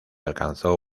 alcanzó